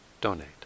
donate